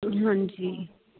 ਹਾਂਜੀ